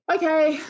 Okay